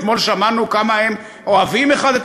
אתמול שמענו כמה הם אוהבים האחד את